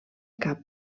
cap